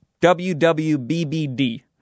WWBBD